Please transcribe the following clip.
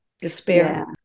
despair